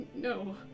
No